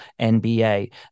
NBA